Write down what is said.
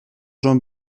jean